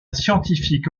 scientifique